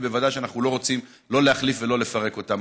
ובוודאי שאנחנו לא רוצים לא להחליף ולא לפרק אותם.